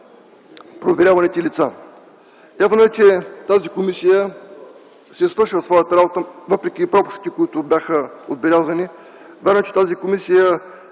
проверяваните лица. Явно е, че тази комисия си е свършила своята работа, въпреки пропуските, които бяха отбелязани. Вярно е, че тази комисия